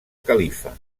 califa